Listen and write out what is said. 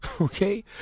Okay